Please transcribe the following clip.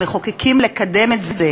המחוקקים, לקדם את זה.